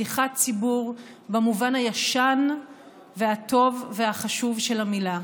שליחת ציבור במובן הישן והטוב והחשוב של המילה,